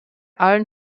allen